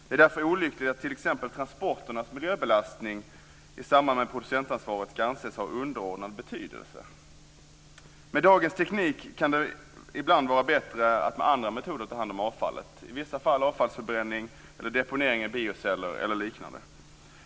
Det är därför olyckligt att t.ex. transporternas miljöbelastning i samband med producentansvaret ska anses ha underordnad betydelse. Med dagens teknik kan det ibland vara bättre att med andra metoder ta hand om avfallet, i vissa fall avfallsförbränning eller deponering i bioceller eller liknande.